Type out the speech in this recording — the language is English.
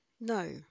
No